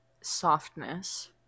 Softness